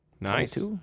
Nice